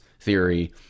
theory